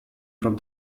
from